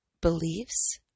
beliefs